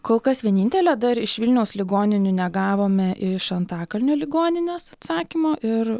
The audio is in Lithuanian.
kol kas vienintelė dar iš vilniaus ligoninių negavome iš antakalnio ligoninės atsakymo ir